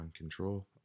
Control